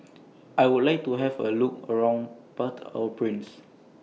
I Would like to Have A Look around Port Au Prince